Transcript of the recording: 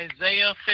Isaiah